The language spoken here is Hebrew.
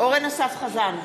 אורן אסף חזן,